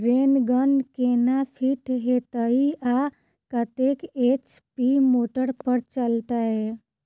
Rain gun केना fit हेतइ आ कतेक एच.पी मोटर पर चलतै?